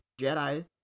Jedi